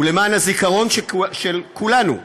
למען הזיכרון של כולנו,